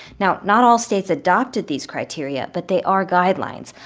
now, not all states adopted these criteria, but they are guidelines.